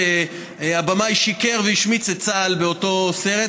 שהבמאי שיקר והשמיץ את צה"ל באותו סרט,